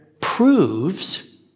proves